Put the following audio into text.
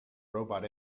robot